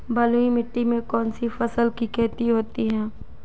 बलुई मिट्टी में कौनसी फसल की खेती होती है?